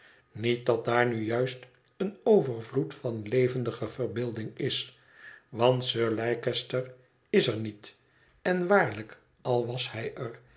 niet dat daar nu juist een overvloed van levendige verbeelding is want sir leicester is er niet en waarlijk al was hij